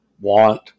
want